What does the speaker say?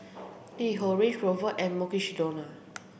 LiHo Range Rover and Mukshidonna